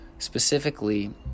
Specifically